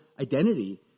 identity